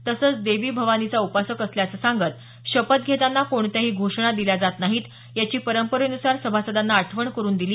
तसंच देवी भवानीचा उपासक असल्याचं सांगत शपथ घेताना कोणत्याही घोषणा दिल्या जात नाहीत याची परंपरेनुसार सभासदांना आठवण करून दिली